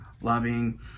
lobbying